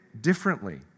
differently